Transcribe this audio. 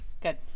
Good